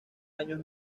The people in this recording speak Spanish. años